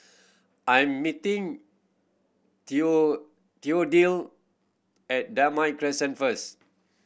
I'm meeting Theophile at Damai Crescent first